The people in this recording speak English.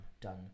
done